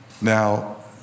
Now